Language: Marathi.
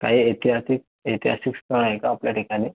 काही ऐतिहासिक ऐतिहासिक स्थळं आहे का आपल्या ठिकाणी